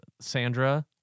sandra